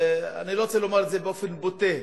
אני לא רוצה לומר את זה באופן בוטה,